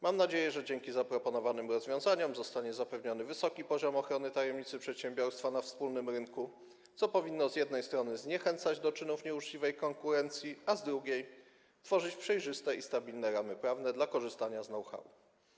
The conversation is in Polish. Mam nadzieję, że dzięki zaproponowanym rozwiązaniom zostanie zapewniony wysoki poziom ochrony tajemnicy przedsiębiorstwa na wspólnym rynku, co powinno, z jednej strony, zniechęcać do czynów nieuczciwej konkurencji, a z drugiej, tworzyć przejrzyste i stabilne ramy prawne dla korzystania z know-how.